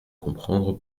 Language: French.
comprendre